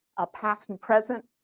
past and present.